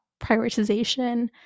prioritization